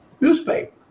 newspaper